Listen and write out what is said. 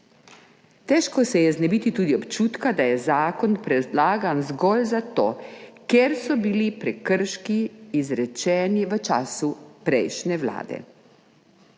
Težko se je znebiti tudi občutka, da je zakon predlagan zgolj zato, ker so bili prekrški izrečeni v času prejšnje vlade.